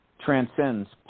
transcends